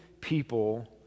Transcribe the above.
people